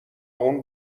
اون